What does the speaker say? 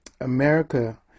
America